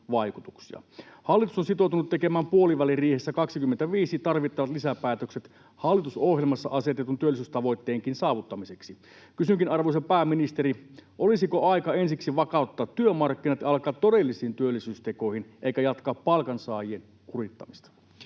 Hallitus on sitoutunut tekemään puoliväliriihessä 25 tarvittavat lisäpäätökset hallitusohjelmassa asetetun työllisyystavoitteenkin saavuttamiseksi. Kysynkin, arvoisa pääministeri: olisiko aika ensiksi vakauttaa työmarkkinat ja alkaa todellisiin työllisyystekoihin eikä jatkaa palkansaajien kurittamista?